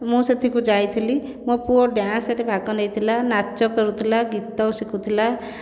ମୁଁ ସେଠିକୁ ଯାଇଥିଲି ମୋ ପୁଅ ଡ୍ୟାନ୍ସରେ ଭାଗ ନେଇଥିଲା ନାଚ କରୁଥିଲା ଗୀତ ଶିଖୁଥିଲା